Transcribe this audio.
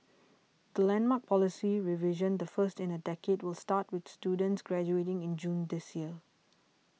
the landmark policy revision the first in a decade will start with students graduating in June this year